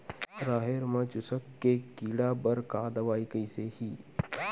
राहेर म चुस्क के कीड़ा बर का दवाई कइसे ही?